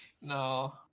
No